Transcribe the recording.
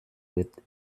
with